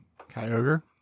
Kyogre